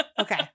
Okay